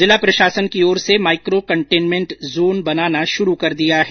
जिला प्रशासन की ओर से माइक्रो कंटेनमेंट जोन बनाना शुरू कर दिया है